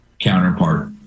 counterpart